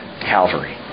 Calvary